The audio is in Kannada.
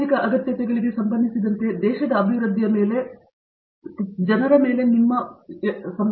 ಸಾಮಾಜಿಕ ಅಗತ್ಯತೆಗಳಿಗೆ ಸಂಬಂಧಿಸಿದಂತೆ ದೇಶದ ಅಭಿವೃದ್ಧಿಯ ಮೇಲೆ ನೀವು ತಿಳಿದಿರುವ ಜನರ ಮೇಲೆ ಇದು ಪರಿಣಾಮ ಬೀರಿದೆಯಾ